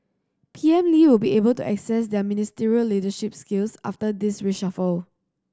P M Lee will be able to assess their ministerial leadership skills after this reshuffle